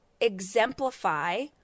exemplify